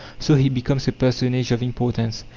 so he becomes a personage of importance.